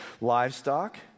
livestock